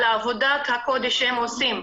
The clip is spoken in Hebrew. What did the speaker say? על עבודת הקודש שהם עושים.